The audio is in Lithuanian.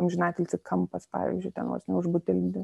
amžinatilsį kampas pavyzdžiui ten vos ne už butelį